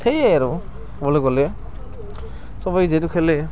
সেয়েই আৰু বুলি ক'লে সবেই যিহেতু খেলে